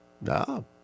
No